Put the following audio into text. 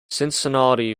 cincinnati